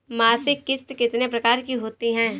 मासिक किश्त कितने प्रकार की होती है?